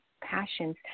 passions